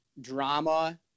drama